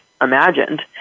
imagined